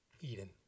Eden